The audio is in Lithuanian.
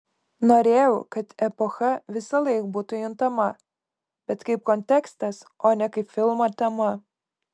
norėjau kad epocha visąlaik būtų juntama bet kaip kontekstas o ne kaip filmo tema